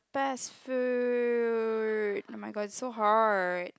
best food oh-my-god it's so hard